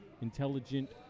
intelligent